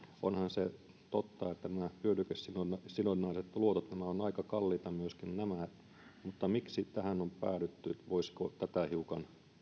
onhan se totta että nämä hyödykesidonnaiset luotot ovat aika kalliita myöskin mutta miksi tähän on päädytty voisiko tätä hiukan